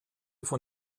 von